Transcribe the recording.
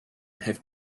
heeft